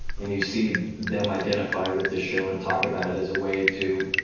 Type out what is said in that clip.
and you see them identify with the show and talk about it as a way to